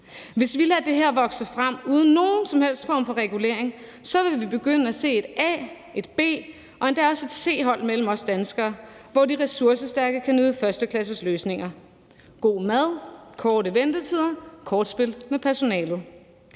Hvis vi lader det her vokse frem uden nogen som helst form for regulering, vil vi begynde at se et A-, et B- og endda også et C-hold blandt os danskere, hvor de ressourcestærke kan nyde førsteklassesløsninger – god mad, korte ventetider, kortspil med personalet